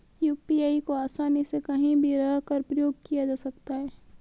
UPI को आसानी से कहीं भी रहकर प्रयोग किया जा सकता है